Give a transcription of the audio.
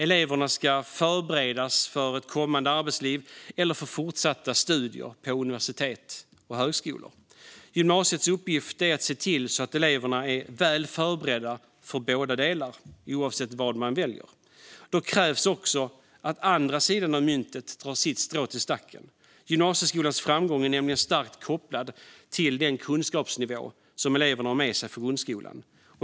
Eleverna ska förberedas för ett kommande arbetsliv eller för fortsatta studier på universitet och högskolor. Gymnasiets uppgift är att se till att eleverna är väl förberedda för båda delarna, oavsett vad de väljer. Då krävs att andra sidan av myntet drar sitt strå till stacken. Gymnasieskolans framgång är nämligen starkt kopplad till den kunskapsnivå som eleverna har med sig från grundskolan.